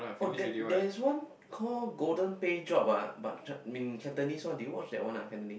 oh that there is one call Golden Pay Job ah but chi~ in Cantonese one did you watch that one ah Cantonese